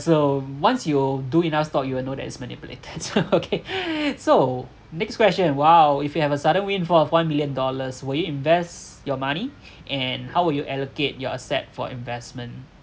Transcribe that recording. so once you do enough stocks you'll know that it's manipulated so okay so next question !wow! if you have a sudden windfall of one million dollars will you invest your money and how will you allocate your asset for investment